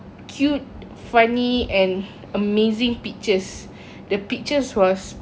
cute funny and amazing pictures the pictures was